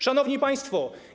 Szanowni Państwo!